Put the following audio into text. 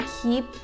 keep